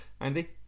Andy